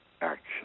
action